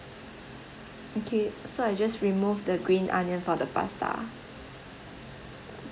okay so I just remove the green onion for the pasta